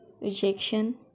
rejection